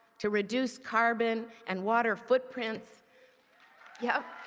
to reduce carbon and water footprints yeah